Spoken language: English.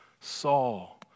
Saul